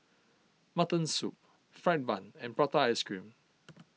Mutton Soup Fried Bun and Prata Ice Cream